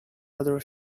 other